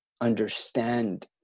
understand